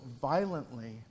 violently